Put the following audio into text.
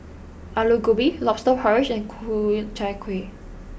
Aloo Gobi Lobster Porridge and Ku Chai Kueh